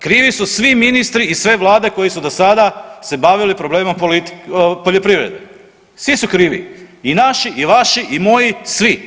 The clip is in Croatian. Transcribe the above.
Krivi su svi ministri i sve vlade koje su do sada se bavile problemima politike, poljoprivrede, svi su krivi i naši i vaši i moji, svi.